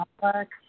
complex